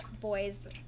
boys